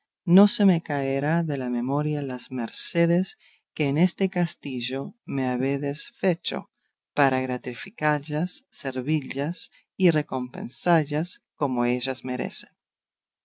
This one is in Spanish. no se me caerá de la memoria las mercedes que en este castillo me habedes fecho para gratificallas servillas y recompensallas como ellas merecen